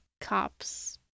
cops